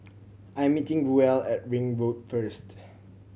I am meeting Ruel at Ring Road first